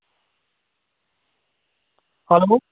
hello